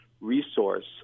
resource